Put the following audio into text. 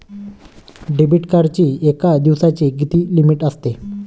Debit कार्डची एका दिवसाची किती लिमिट असते?